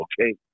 okay